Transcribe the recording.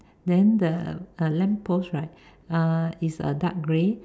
then the uh lamp post right uh is a dark grey